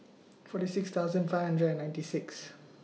forty six thousand five hundred and ninety six